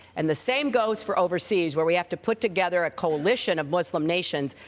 and the same goes for overseas, where we have to put together a coalition of muslim nations.